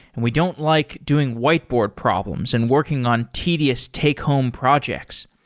and we don't like doing whiteboard problems and working on tedious take home projects.